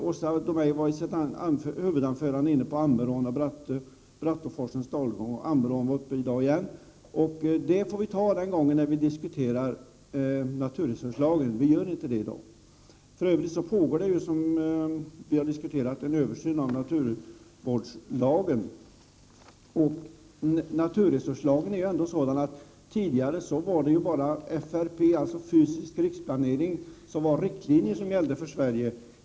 Åsa Domeij var i sitt huvudanförande inne på Ammerån och Bratteforsåns dalgång. Det får vi ta när vi diskuterar naturresurslagen, och det gör vi inte i dag. För övrigt pågår, vilket vi har diskuterat, en översyn av naturvårdslagen. Tidigare gällde ju FRP, alltså den fysiska riksplaneringen, som riktlinjer i Sverige.